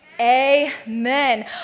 Amen